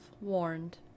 warned